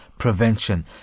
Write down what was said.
prevention